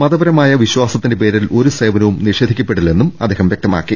മതപരമായ വിശ്വാസത്തിന്റെ പേരിൽ ഒരു സേവനവും നിഷേധിക്കപ്പെടില്ലെന്നും വ്യക്തമാക്കി